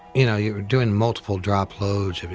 you know you doing multiple drop loads.